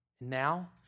Now